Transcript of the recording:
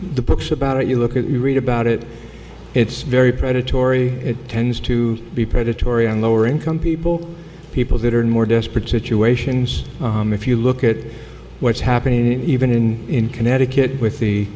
the books about it you look at you read about it it's very predatory it tends to be predatory on lower income people people that are in more desperate situations if you look at what's happening even in connecticut with the